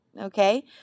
Okay